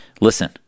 Listen